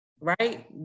right